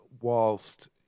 whilst